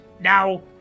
now